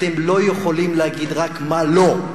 אתם לא יכולים להגיד רק מה לא.